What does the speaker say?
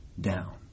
down